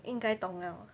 应该懂了